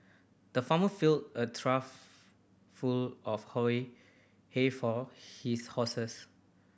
the farmer filled a trough full of hay hay for his horses